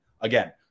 Again